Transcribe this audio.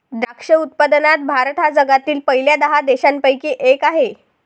द्राक्ष उत्पादनात भारत हा जगातील पहिल्या दहा देशांपैकी एक आहे